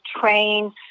trained